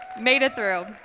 made it through.